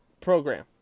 program